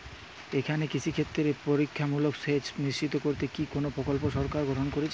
এখানে কৃষিক্ষেত্রে প্রতিরক্ষামূলক সেচ নিশ্চিত করতে কি কোনো প্রকল্প সরকার গ্রহন করেছে?